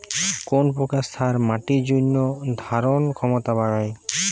কোন প্রকার সার মাটির জল ধারণ ক্ষমতা বাড়ায়?